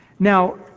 Now